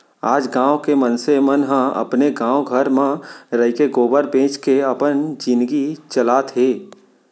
आज गॉँव के मनसे मन ह अपने गॉव घर म रइके गोबर बेंच के अपन जिनगी चलात हें